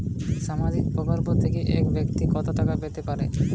সামাজিক প্রকল্প থেকে এক ব্যাক্তি কত টাকা পেতে পারেন?